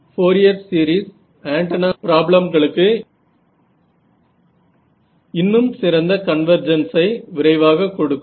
Fourier series antenna ப்ராப்ளம்களுக்கு இன்னும் சிறந்த கன்வர்ஜென்சை விரைவாக கொடுக்கும்